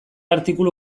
artikulu